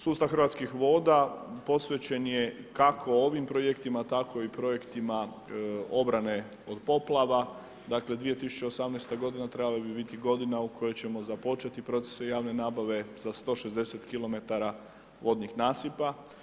Sustav Hrvatskih voda posvećen je kako ovim projektima tako i projektima obrane od poplave, dakle 2018. godina trebala bi biti godina u kojoj ćemo započet procese javne nabave za 160 kilometara vodnih nasipa.